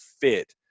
fit